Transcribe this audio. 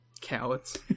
Cowards